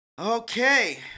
Okay